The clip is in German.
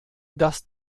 dass